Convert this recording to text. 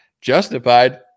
justified